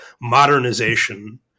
modernization